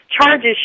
charges